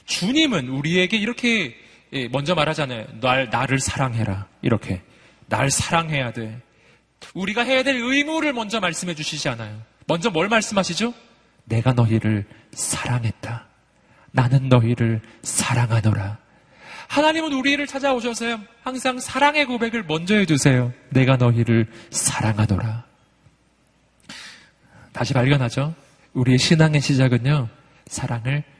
주님은 우리에게 이렇게, 예, 먼저 말하잖아요. 날, 나를 사랑해라. 이렇게. 날 사랑해야 돼. 우리가 해야 될 의무를 먼저 말씀해 주시지 않아요. 먼저 뭘 말씀하시죠? 내가 너희를 사랑했다. 나는 너희를 사랑하노라. 하나님은 우리를 찾아오셔서요. 항상 사랑의 고백을 먼저 해주세요. 내가 너희를 사랑하노라. 다시 발견하죠? 우리의 신앙의 시작은요. 사랑을